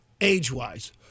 Age-wise